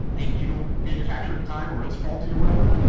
and you don't manufacture it in time or it's faulty or whatever,